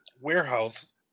warehouse